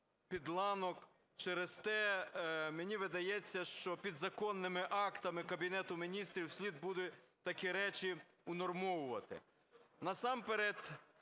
підланок. Через те мені видається, що підзаконними актами Кабінету Міністрів слід буде такі речі унормовувати. Насамперед